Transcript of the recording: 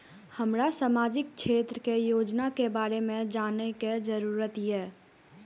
हमरा सामाजिक क्षेत्र के योजना के बारे में जानय के जरुरत ये?